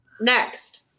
Next